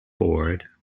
board